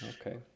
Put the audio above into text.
Okay